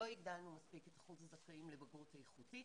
לא הגדלנו מספיק את אחוז הזכאים לבגרות איכותית,